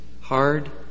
hard